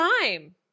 time